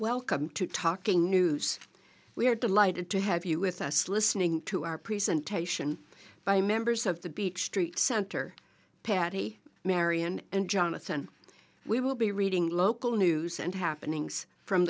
welcome to talking moose we are delighted to have you with us listening to our presentation by members of the beach street center patty marion and jonathan we will be reading local news and happenings from